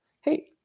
hey